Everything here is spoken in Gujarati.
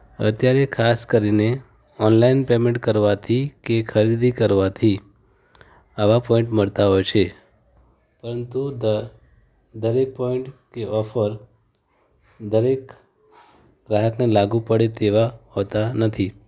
અત્યારે ખાસ કરીને ઑનલાઈન પેમૅન્ટ કરવાથી કે ખરીદી કરવાથી આવા પૉઈન્ટ મળતા હોય છે પરંતુ દ દરેક પૉઈન્ટ કે ઑફર દરેક ગ્રાહકને લાગુ પડે તેવાં હોતાં નથી